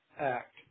act